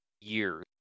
Years